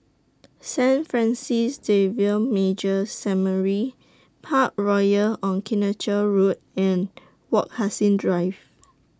Saint Francis Xavier Major Seminary Parkroyal on Kitchener Road and Wak Hassan Drive